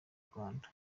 rwanda